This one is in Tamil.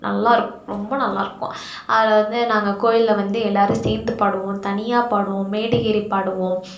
நல்லாயிருக்கும் ரொம்ப நல்லாயிருக்கும் அதில் வந்து நாங்கள் கோயிலில் வந்து எல்லாேரும் சேர்ந்து பாடுவோம் தனியாக பாடுவோம் மேடை ஏறி பாடுவோம்